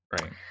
Right